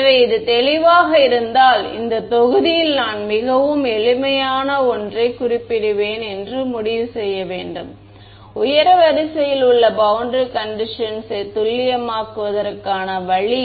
எனவே இது தெளிவாக இருந்தால் இந்த தொகுதியில் நான் மிகவும் எளிமையான ஒன்றைக் குறிப்பிடுவேன் என்று முடிவு செய்ய வேண்டும் உயர் வரிசையில் உங்கள் பௌண்டரி கண்டிஷன்ஸ்யை துல்லியமாக்குவதற்கான வழி